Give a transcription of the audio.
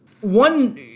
one